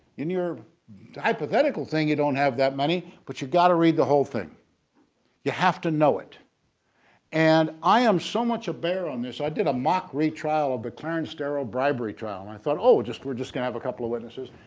in your hypothetical thing you don't have that many, but you got to read the whole thing you have to know it and i am so much a bear on this i did a mock retrial of the clarence darrow bribery trial and i thought oh just we're just gonna have a couple of witnesses.